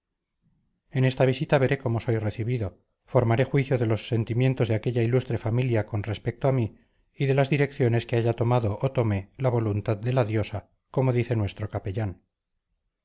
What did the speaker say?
en esta visita veré cómo soy recibido formaré juicio de los sentimientos de aquella ilustre familia con respecto a mí y de las direcciones que haya tomado o tome la voluntad de la diosa como dice nuestro capellán